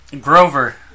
Grover